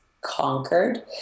conquered